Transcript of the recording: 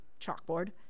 chalkboard